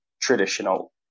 traditional